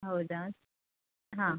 ಹೌದಾ ಹಾಂ